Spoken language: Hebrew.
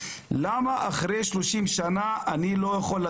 זה דבר מרכזי שכאן אני אדבר על